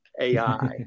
AI